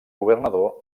governador